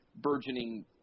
burgeoning